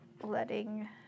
letting